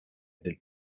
del